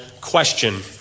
question